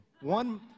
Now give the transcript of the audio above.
One